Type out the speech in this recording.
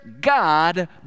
God